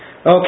Okay